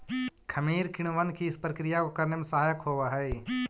खमीर किणवन की प्रक्रिया को करने में सहायक होवअ हई